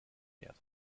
fährt